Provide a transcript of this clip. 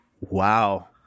wow